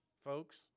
folks